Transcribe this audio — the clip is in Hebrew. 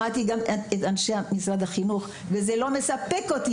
שמעתי גם את אנשי משרד החינוך, וזה לא מספק אותי".